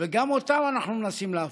וגם אותם אנחנו מנסים להפוך.